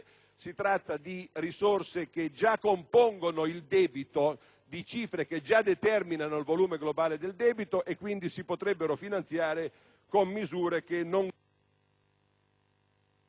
si tratta di risorse che già compongono il debito di cifre che determinano il volume globale del debito e, quindi, si potrebbero finanziare con misure che non